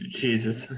jesus